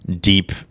deep